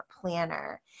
Planner